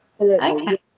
okay